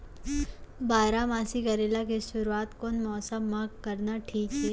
बारामासी करेला के शुरुवात कोन मौसम मा करना ठीक हे?